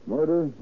Murder